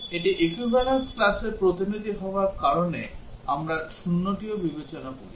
এটি equivalence classর প্রতিনিধি হওয়ার কারণে আমরা 0 টিও বিবেচনা করি